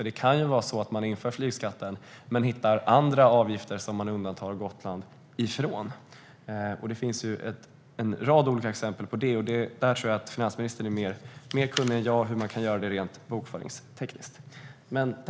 Det kan nämligen vara så att man inför flygskatten men hittar andra avgifter som man undantar Gotland ifrån. Det finns en rad olika exempel på det, och där tror jag att finansministern är mer kunnig än jag när det gäller hur man kan göra det rent bokföringstekniskt.